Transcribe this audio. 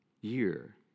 year